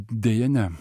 deja ne